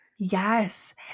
Yes